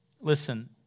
listen